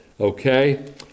Okay